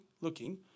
looking